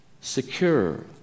secure